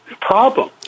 problem